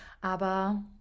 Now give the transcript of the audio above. aber